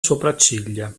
sopracciglia